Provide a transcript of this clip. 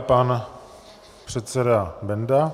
Pan předseda Benda.